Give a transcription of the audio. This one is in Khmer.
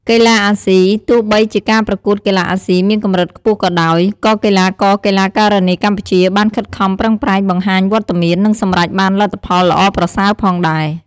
កីឡាអាស៊ី Asian Games ទោះបីជាការប្រកួតកីឡាអាស៊ីមានកម្រិតខ្ពស់ក៏ដោយ ក៏កីឡាករ-កីឡាការិនីកម្ពុជាបានខិតខំប្រឹងប្រែងបង្ហាញវត្តមាន និងសម្រេចបានលទ្ធផលល្អប្រសើរផងដែរ។